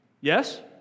Yes